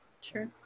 Sure